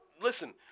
listen